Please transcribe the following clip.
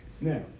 Now